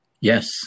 Yes